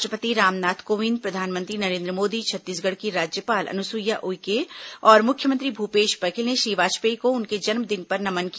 राष्ट्रपति रामनाथ कोविंद प्रधानमंत्री नरेन्द्र मोदी छत्तीसगढ़ की राज्यपाल अनुसुईया उइके और मुख्यमंत्री भूपेश बघेल ने श्री वाजपेयी को उनके जन्मदिन पर नमन किया